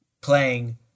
playing